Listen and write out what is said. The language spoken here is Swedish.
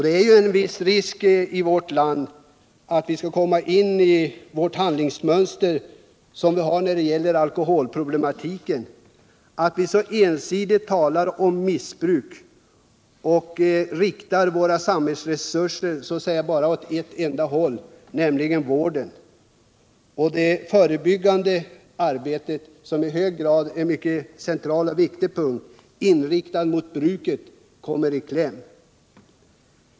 Det finns i vårt land en risk för att vårt handlingsmönster när det gäller alkoholproblematiken också förs över till detta område, dvs. att vi ensidigt ser på missbruket och inriktar våra samhällsresurser på vården. Det förebyggande arbetet, en mycket central och viktig del som är inriktad på bruket, kommer då i kläm.